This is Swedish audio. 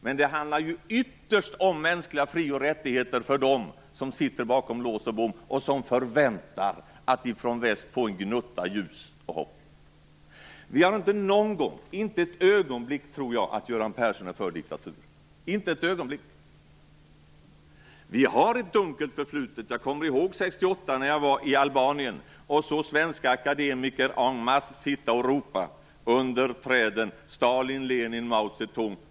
Men det handlar ju ytterst om mänskliga fri och rättigheter för dem som sitter bakom lås och bom och som förväntar sig att från väst få en gnutta ljus och hopp. Jag tror inte för ett ögonblick att Göran Persson är för diktatur. Inte för ett ögonblick! Vi har ett dunkelt förflutet. Jag kommer ihåg 68, när jag var i Albanien och såg svenska akademiker en masse sitta under träden och ropa: Stalin, Lenin, Mao Zedong!